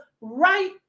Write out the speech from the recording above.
right